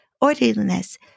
orderliness